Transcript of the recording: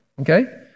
Okay